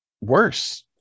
worse